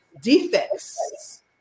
defects